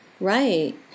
Right